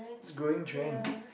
this growing trend